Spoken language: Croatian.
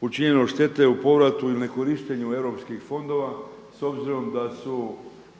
učinjeno štete u povratu ili nekorištenju europskih fondova s obzirom da su